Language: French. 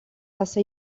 face